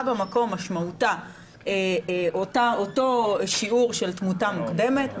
במקום משמעותה אותו שיעור של תמותה מוקדמת,